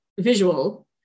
visual